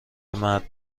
مرد